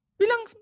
bilang